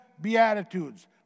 Beatitudes